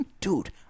Dude